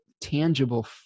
tangible